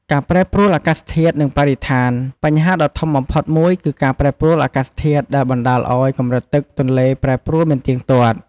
ការប្រែប្រួលអាកាសធាតុ និងបរិស្ថាន បញ្ហាដ៏ធំបំផុតមួយគឺការប្រែប្រួលអាកាសធាតុដែលបណ្ដាលឱ្យ កម្រិតទឹកទន្លេប្រែប្រួលមិនទៀងទាត់។